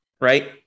right